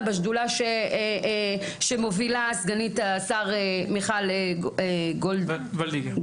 בשדולה שמובילה סגנית השר מיכל וולדיגר.